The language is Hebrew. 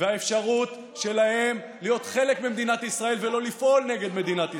והאפשרות שלהם להיות חלק ממדינת ישראל ולא לפעול נגד מדינת ישראל.